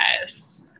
Yes